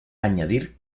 añadir